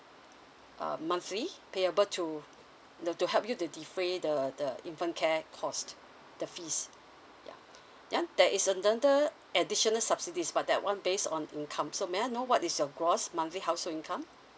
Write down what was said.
um monthly payable to the to help you the free the the infant care cost the fees ya ya there is another additional subsidies but that one based on income so may I know what is your gross monthly household income